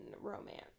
romance